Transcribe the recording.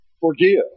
Forgive